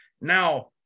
Now